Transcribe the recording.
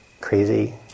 crazy